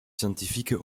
scientifiques